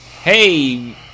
hey